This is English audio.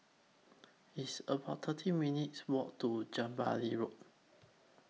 It's about thirteen minutes' Walk to Jubilee Road